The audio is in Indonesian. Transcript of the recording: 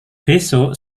besok